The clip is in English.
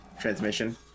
Transmission